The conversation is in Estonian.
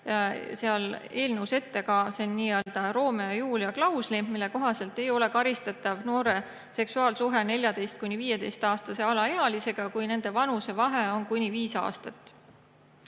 selles eelnõus ette ka nii-öelda Romeo ja Julia klausli, mille kohaselt ei ole karistatav noore seksuaalsuhe 14–15-aastase alaealisega, kui nende vanusevahe on kuni viis aastat.